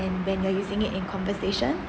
and when you're using it in conversation